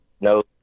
No